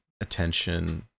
attention